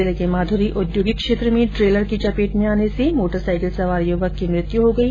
जिले के माधुरी औद्योगिक क्षेत्र में ट्रैलर की चपेट में आने से मोटरसाईकिल सवार युवक की मृत्यु हो गई